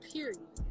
Period